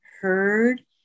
heard